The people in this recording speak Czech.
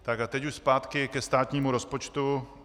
A teď už zpátky ke státnímu rozpočtu.